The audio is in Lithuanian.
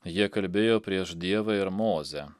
jie kalbėjo prieš dievą ir mozę